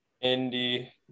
Indy